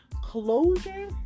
closure